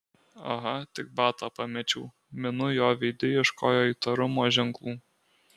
aha tik batą pamečiau minu jo veide ieškojo įtarumo ženklų